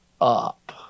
up